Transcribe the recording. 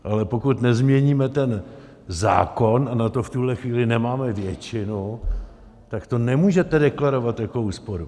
Ale pokud nezměníme ten zákon, a na to v tuhle chvíli nemáme většinu, tak to nemůžete deklarovat jako úsporu.